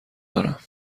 دارم